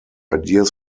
ideas